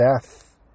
death